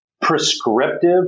prescriptive